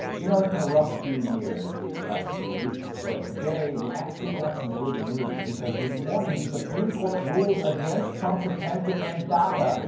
you know it's been a rough few years these last two weeks, but today we got some good news. because this morning, the supreme court ruled against trump's attempt to end daca,